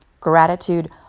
Gratitude